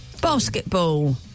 Basketball